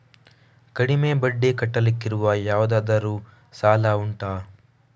ಕಡಿಮೆ ಬಡ್ಡಿ ಕಟ್ಟಲಿಕ್ಕಿರುವ ಯಾವುದಾದರೂ ಸಾಲ ಯೋಜನೆ ಉಂಟಾ